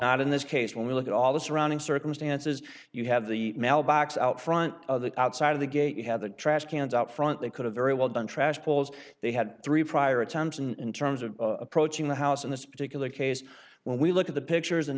out in this case when we look at all the surrounding circumstances you have the mailbox out front the outside of the gate you had the trash cans out front they could have very well done trash balls they had three prior attempts and in terms of approaching the house in this particular case when we look at the pictures in